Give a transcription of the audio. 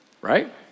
right